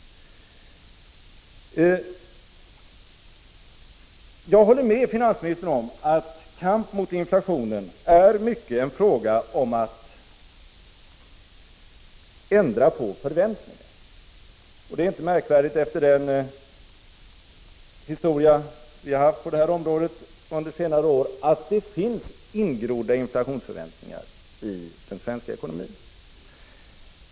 Jag håller med finansministern om att kamp mot inflationen till stor del är en fråga om att ändra på förväntningarna. Det är inte märkligt efter vad vi har upplevt under senare år. Det finns ingrodda inflationsförväntningar i den svenska ekonomin.